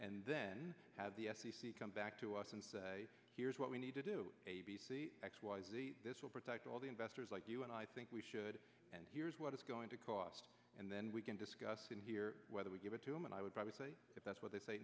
and then have the f c c come back to us and say here's what we need to do a b c x y z this will protect all the investors like you and i think we should and here's what it's going to cost and then we can discuss it here whether we give it to him and i would probably say if that's what they say